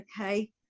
okay